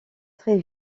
très